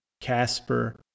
Casper